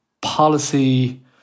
policy